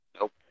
Nope